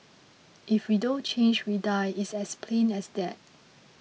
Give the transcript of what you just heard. if we don't change we die it's as plain as that